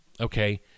okay